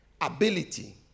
ability